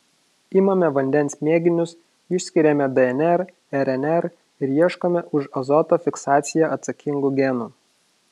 imame vandens mėginius išskiriame dnr rnr ir ieškome už azoto fiksaciją atsakingų genų